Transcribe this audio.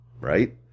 right